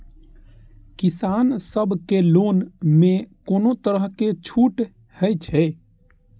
किसान सब के लोन में कोनो तरह के छूट हे छे?